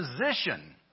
position